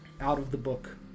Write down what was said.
out-of-the-book